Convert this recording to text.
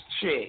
check